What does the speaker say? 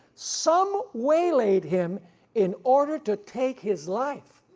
some waylaid him in order to take his life.